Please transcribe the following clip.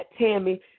Tammy